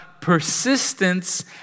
persistence